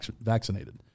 vaccinated